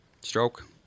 Stroke